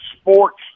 sports